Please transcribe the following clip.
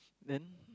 then